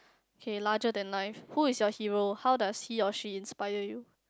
K larger than life who is your hero how does he or she inspire you